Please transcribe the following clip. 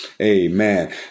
amen